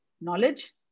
knowledge